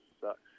sucks